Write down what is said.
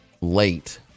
Late